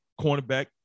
cornerback